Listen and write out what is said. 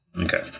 Okay